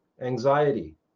anxiety